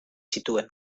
zituen